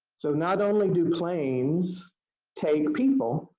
so not only do planes take people,